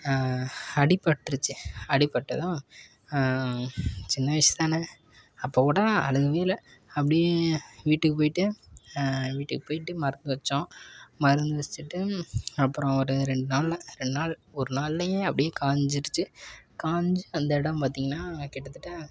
அடிப்பட்ருச்சி அடிப்பட்டதும் சின்ன வயசு தானே அப்போ கூட நான் அழுகவே இல்லை அப்படியே வீட்டுக்கு போயிட்டு வீட்டுக்கு போயிட்டு மருந்து வெச்சோம் மருந்து வெச்சுட்டு அப்புறோம் ஒரு ரெண்டு நாளில் ரெண்டு நாள் ஒரு நாள்லையே அப்படியே காய்ஞ்சிடுச்சி காஞ்சு அந்த இடம் பார்த்தீங்கன்னா கிட்டத்தட்ட